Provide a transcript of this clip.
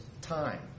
time